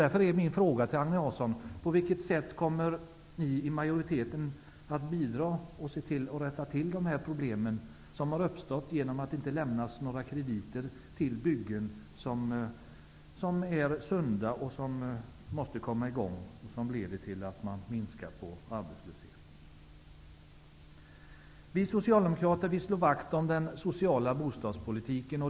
Därför är min fråga till Agne Hansson: På vilket sätt kommer ni i majoriteten att se till att rätta till de här problemen, som har uppstått genom att det inte lämnas några krediter till byggen som är sunda, som måste komma i gång och som leder till att arbetslösheten minskar? Vi socialdemokrater slår vakt om den sociala bostadspolitiken.